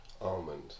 Almond